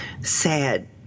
sad